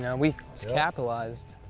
yeah we capitalized.